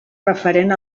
referent